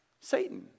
Satan